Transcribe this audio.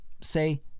say